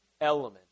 element